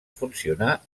funcionar